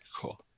Cool